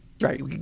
Right